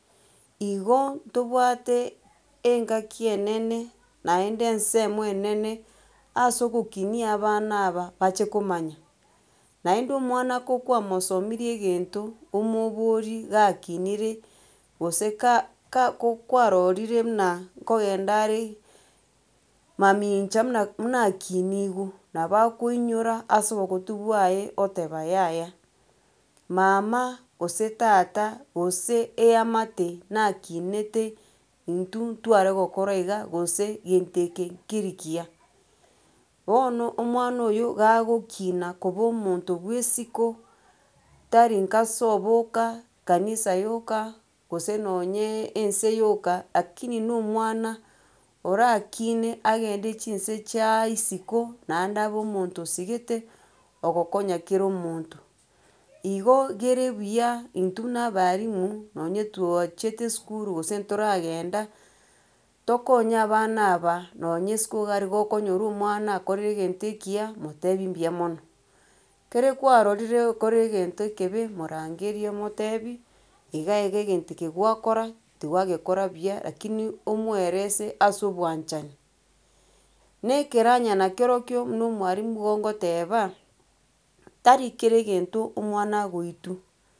Igo tobwate engaki enene naende ensemo enene ase ogokinia abana aba bache komanya. Naende omwana kokwamosomirie egento omobori gakinire gose ka ka kokwarorire buna ngogenda are mamincha muna muna akiniwe, nabo akoinyora ase obogotu bwaye oteba yaya, mama gose tata gose eamate nakinete intwe ntware gokora iga gose gento eke nkeri kiya. Bono omwana oyo gagokina koba omonto bwesiko tari inka sobo oka kanisa yoka gose nonye ense yoka, lakini na omwana orakine agende chinse chia isiko naende abe omonto osigete ogokonya kera omonto. Igo gere buya intwe buna abalimu nonye twachete esukuru gose ntoragenda tokonye abana aba nonya isiko iga aria gokonyora omwana akorire egente ekiya motebi mbuya mono, kere kwarorire ogokora egente ekebe, morangerie omotebi iga iga egente eke gwakora tigwagekora buya lakini omwerese ase obwanchani. Na ekeranya nakerokio buna omwalimu igo ngoteba tari kera egento omwana agoitwa.